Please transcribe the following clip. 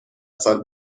سال